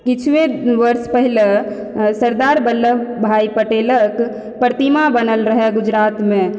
किछुए वर्ष पहिले सरदार बल्लभ भाई पटेलक प्रतिमा बनल रहय गुजरात मे